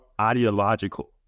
ideological